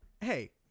hey